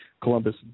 Columbus